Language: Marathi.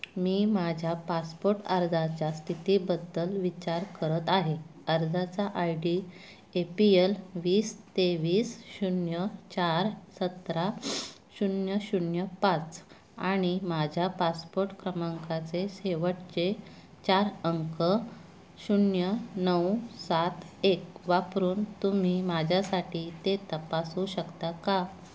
मी माझ्या पासपोट अर्जाच्या स्थितीबद्धल विचार करत आहे अर्जाचा I D A P L वीस तेवीस शून्य चार सतरा शून्य शून्य पाच आणि माझ्या पासपोट क्रमांकाचे शेवटचे चार अंक शून्य नऊ सात एक वापरून तुम्ही माझ्यासाठी ते तपासू शकता का